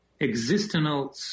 existential